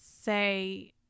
say